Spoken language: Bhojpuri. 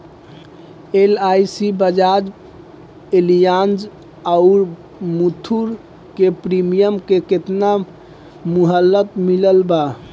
एल.आई.सी बजाज एलियान्ज आउर मुथूट के प्रीमियम के केतना मुहलत मिलल बा?